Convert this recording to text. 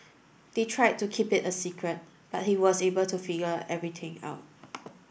they tried to keep it a secret but he was able to figure everything out